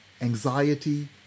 anxiety